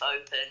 open